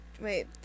wait